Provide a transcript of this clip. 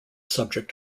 subject